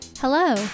Hello